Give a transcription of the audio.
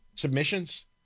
submissions